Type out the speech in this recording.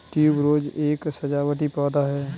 tuberose एक सजावटी पौधा है